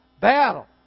battle